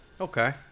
Okay